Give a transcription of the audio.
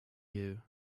you